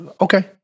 Okay